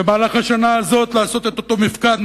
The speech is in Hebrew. ובשנה הזאת לעשות את אותו מפקד,